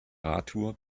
radtour